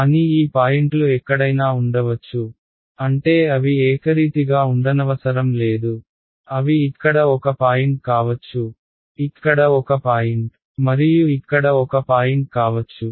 కానీ ఈ పాయింట్లు ఎక్కడైనా ఉండవచ్చు అంటే అవి ఏకరీతిగా ఉండనవసరం లేదు అవి ఇక్కడ ఒక పాయింట్ కావచ్చు ఇక్కడ ఒక పాయింట్ మరియు ఇక్కడ ఒక పాయింట్ కావచ్చు